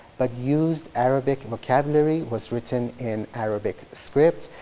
but used arabic vocabulary, was written in arabic script,